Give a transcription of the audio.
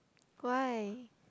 why